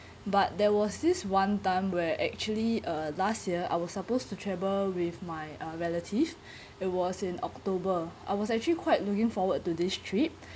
but there was this one time where actually uh last year I was supposed to travel with my uh relative it was in october I was actually quite looking forward to this trip